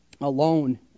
alone